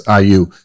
IU